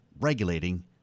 regulating